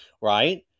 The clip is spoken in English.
right